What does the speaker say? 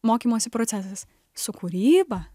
mokymosi procesas su kūryba